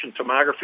tomography